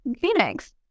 Phoenix